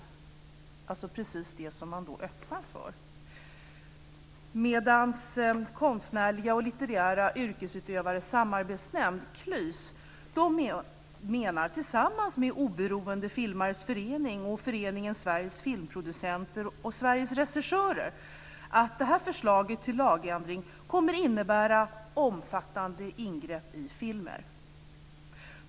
Alltså precis det som man öppnar för. Konstnärliga och Litterära Yrkesutövares Samarbetsnämnd, KLYS, menar tillsammans med Oberoende Filmares Förbund, Föreningen Sveriges Filmproducenter och Sveriges Regissörer att det här förslaget till lagändring kommer att innebära omfattande ingrepp i filmer.